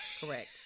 Correct